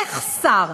איך שר